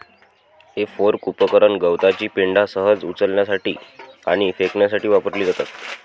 हे फोर्क उपकरण गवताची पेंढा सहज उचलण्यासाठी आणि फेकण्यासाठी वापरली जातात